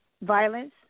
Violence